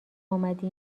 اومدی